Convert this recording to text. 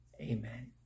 Amen